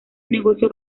negocio